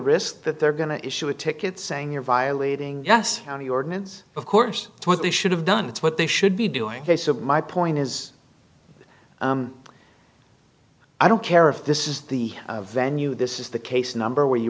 risk that they're going to issue a ticket saying you're violating yes county ordinance of course what they should have done it's what they should be doing ok so my point is i don't care if this is the venue this is the case number where you